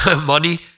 money